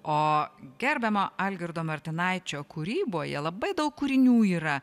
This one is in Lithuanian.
o gerbiamo algirdo martinaičio kūryboje labai daug kūrinių yra